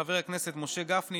חברי הכנסת משה גפני,